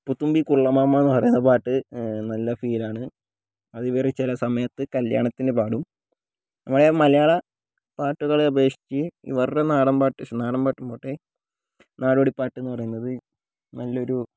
പൂത്തുമ്പി കുർലമമ എന്ന പാട്ട് നല്ല ഫീലാണ് അതിവർ ചില സമയത്ത് കല്യാണത്തിന് പാടും നമ്മുടെ മലയാള പാട്ടുകളെ അപേക്ഷിച്ച് ഇവരുടെ നാടൻപാട്ട് ഇഷ്ടം നാടൻപാട്ട് പോട്ടെ നാടോടിപ്പാട്ട് എന്ന് പറയുന്നത് നല്ലൊരു